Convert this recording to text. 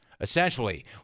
Essentially